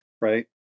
Right